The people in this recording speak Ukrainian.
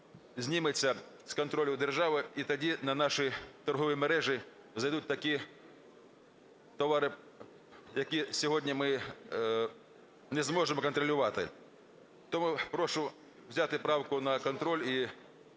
зніметься з контролю держави, і тоді на наші торгові мережі зайдуть такі товари, які сьогодні ми не зможемо контролювати. Тому прошу взяти правку на контроль і